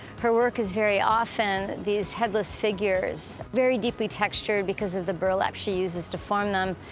her work is very often these headless figures, very deeply textured because of the burlap she uses to form them.